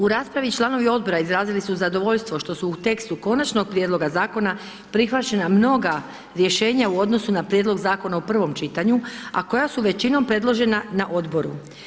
U raspravi članovi Odbora izrazili su zadovoljstvo što su u tekstu konačnog prijedloga Zakona prihvaćena mnoga rješenja u odnosu na prijedlog Zakona u prvom čitanju, a koja su većinom predložena na Odboru.